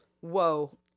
Whoa